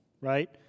Right